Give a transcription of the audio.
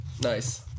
Nice